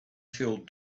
filled